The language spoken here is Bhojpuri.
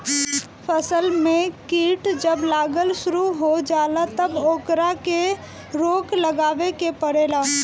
फसल में कीट जब लागल शुरू हो जाला तब ओकरा के रोक लगावे के पड़ेला